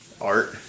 art